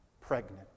pregnant